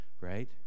right